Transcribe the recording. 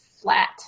flat